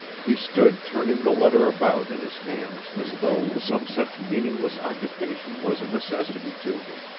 he stood turning the letter about in his hands as though some such meaningless occupation was a necessity to him.